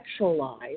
sexualize